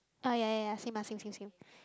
ah ya ya ya same ah same same same